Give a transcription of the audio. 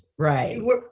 Right